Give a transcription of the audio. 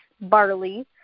barley